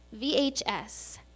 VHS